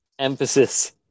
Emphasis